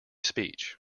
speech